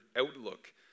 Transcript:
outlook